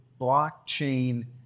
blockchain